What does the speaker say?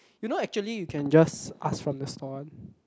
you know actually you can just ask from the stall one